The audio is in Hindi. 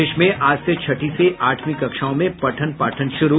प्रदेश में आज से छठी से आठवीं कक्षाओं में पठन पाठन शुरू